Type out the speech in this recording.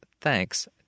Thanks